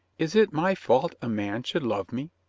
is it my fault a man should love me?